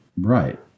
Right